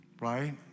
Right